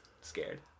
scared